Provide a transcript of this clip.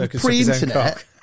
pre-internet